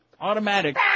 Automatic